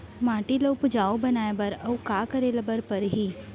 माटी ल उपजाऊ बनाए बर अऊ का करे बर परही?